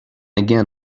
again